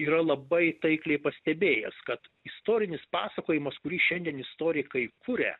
yra labai taikliai pastebėjęs kad istorinis pasakojimas kurį šiandien istorikai kuria